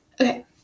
okay